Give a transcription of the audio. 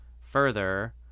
further